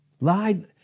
lied